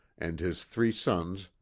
and his three sons,